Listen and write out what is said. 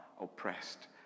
oppressed